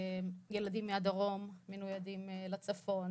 ילדים מהדרום מנוידים לצפון.